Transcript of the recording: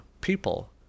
people